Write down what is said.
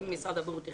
אם משרד הבריאות החליט,